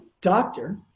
doctor